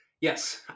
Yes